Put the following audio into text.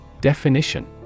definition